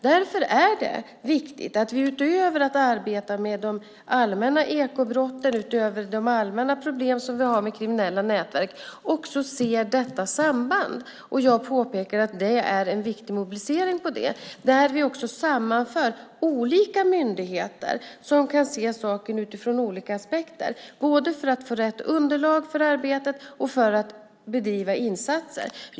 Därför är det viktigt att vi utöver att arbeta med de allmänna ekobrotten och utöver de allmänna problem som vi har med kriminella nätverk också ser detta samband, och jag påpekar att mobiliseringen där är viktig. Där sammanför vi också olika myndigheter som kan se saken utifrån olika aspekter, både för att vi ska få fram rätt underlag för arbetet och för att bedriva rätt insatser.